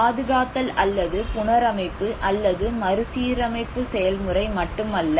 பாதுகாத்தல் அல்லது புனரமைப்பு அல்லது மறுசீரமைப்பு செயல்முறை மட்டுமல்ல